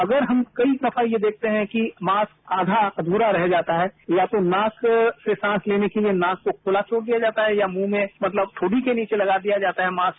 अगर हम कई दफा ये देखते है कि मास्क आधा अध्रा रह जाता है या तो मास्क से सांस लेने के लिए नाक को खुला छोड़ दिया जाता है या मुंह में मतलब ठोड़ी के नीचे लगा दिया जाता है मास्क